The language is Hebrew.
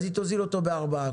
היא תוריד ב-4%.